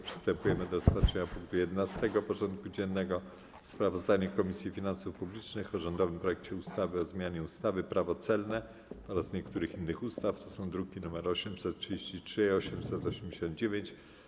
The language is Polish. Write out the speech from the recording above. Przystępujemy do rozpatrzenia punktu 11. porządku dziennego: Sprawozdanie Komisji Finansów Publicznych o rządowym projekcie ustawy o zmianie ustawy - Prawo celne oraz niektórych innych ustaw (druki nr 833 i 889)